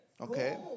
Okay